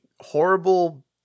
horrible